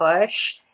push